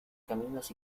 caminos